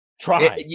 try